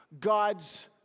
God's